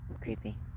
creepy